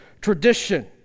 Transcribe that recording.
tradition